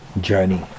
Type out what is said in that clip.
journey